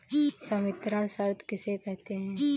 संवितरण शर्त किसे कहते हैं?